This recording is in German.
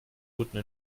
wurden